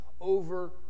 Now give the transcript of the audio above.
over